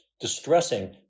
distressing